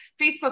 Facebook